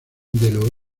del